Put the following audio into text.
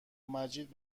مجید